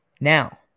Now